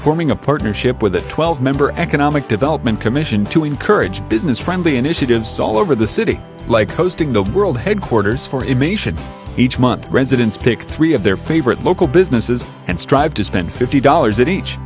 forming a partnership with a twelve member economic development commission to encourage business friendly initiatives all over the city like hosting the world headquarters for imation each month residents pick three of their favorite local businesses and strive to spend fifty dollars in each